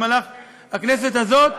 בכנסת הזאת,